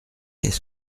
qu’est